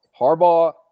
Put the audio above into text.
Harbaugh